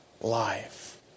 life